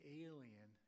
alien